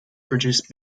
produce